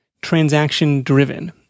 transaction-driven